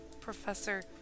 professor